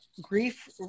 grief